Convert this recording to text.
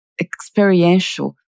experiential